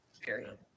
period